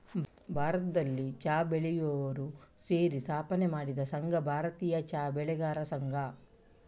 ಭಾರತದಲ್ಲಿ ಚಾ ಬೆಳೆಯುವವರು ಸೇರಿ ಸ್ಥಾಪನೆ ಮಾಡಿದ ಸಂಘ ಭಾರತೀಯ ಚಾ ಬೆಳೆಗಾರರ ಸಂಘ